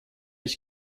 ich